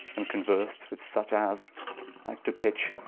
and conuers't with such, as like to pytch,